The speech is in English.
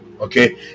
okay